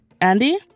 Andy